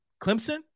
Clemson